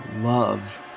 love